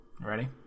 ready